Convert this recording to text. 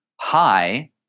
high